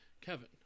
Kevin